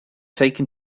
taken